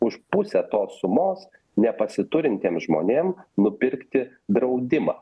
už pusę tos sumos nepasiturintiem žmonėm nupirkti draudimą